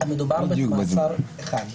מדובר במעצר אחד.